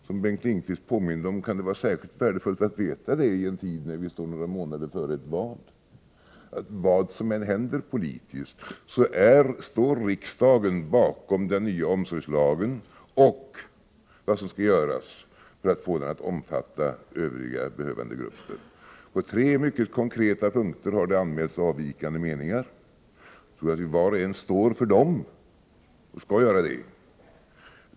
Som Bengt Lindqvist påminde om kan det i en tid, då det återstår några månader till ett val, vara särskilt värdefullt att veta att riksdagen, vad som än händer, politiskt står bakom den nya omsorgslagen och vad som skall göras för att få den att omfatta olika behövande grupper. På tre mycket konkreta punkter har det anmälts avvikande meningar. Jag tror att vi var och en står för dem, och det skall vi göra.